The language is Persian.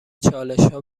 چالشها